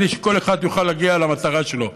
כדי שכל אחד יוכל להגיע למטרה שלו,